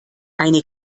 eine